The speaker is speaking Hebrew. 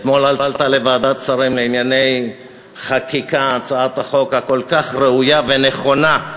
אתמול עלתה לוועדת שרים לענייני חקיקה הצעת החוק הכל-כך ראויה ונכונה,